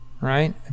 Right